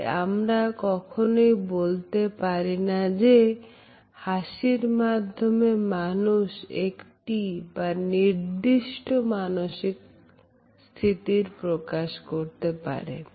তাই আমরা কখনোই বলতে পারিনা যে হাসির মাধ্যমে মানুষ একটি বা নির্দিষ্ট মানসিক স্থিতি প্রকাশ করতে পারে